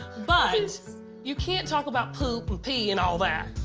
but you can't talk about poop and pee and all that.